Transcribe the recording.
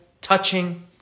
touching